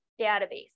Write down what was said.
database